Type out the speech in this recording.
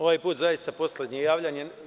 Ovaj put zaista poslednje javljanje.